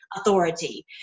authority